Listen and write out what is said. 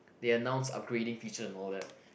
they announce upgrading features and all that